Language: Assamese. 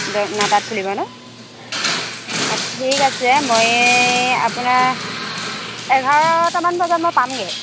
ডে নটাত খুলিব ন' অ ঠিক আছে মই আপোনাৰ এঘাৰটা মান বজাত মই পামগৈ